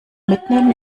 mitnehmen